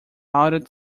adult